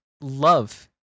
love